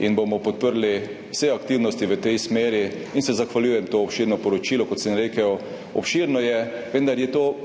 zato bomo podprli vse aktivnosti v tej smeri. Zahvaljujem se za to obširno poročilo. Kot sem rekel, obširno je, vendar je in